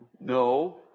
No